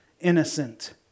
innocent